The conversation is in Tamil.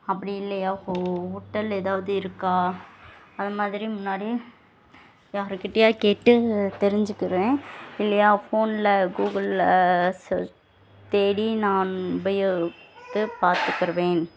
அப்படி இல்லையா ஃபோ ஹோட்டல் எதாவது இருக்கா அதை மாதிரி முன்னாடி யாருகிட்டயா கேட்டு தெரிஞ்சுக்குருவேன் இல்லையா ஃபோனில் கூகுளில் ஸெர் தேடி நான் உபய க்கு பார்த்துக்குருவேன்